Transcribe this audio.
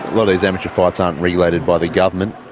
lot of these amateur fights aren't regulated by the government,